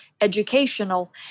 educational